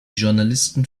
journalisten